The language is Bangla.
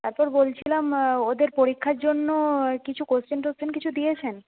তারপর বলছিলাম ওদের পরীক্ষার জন্য কিছু কোশ্চেন টোশ্চেন কিছু দিয়েছেন